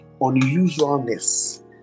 unusualness